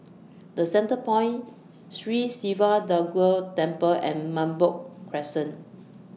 The Centrepoint Sri Siva Durga Temple and Merbok Crescent